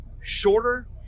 shorter